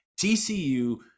TCU